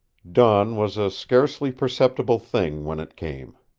dawn was a scarcely perceptible thing when it came.